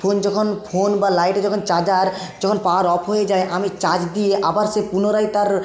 phone যখন phone বা লাইটে যখন চার্জার যখন পাওয়ার অফ হয়ে যায় আমি চার্জ দিয়ে আবার সে পুনরায় তার